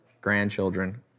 grandchildren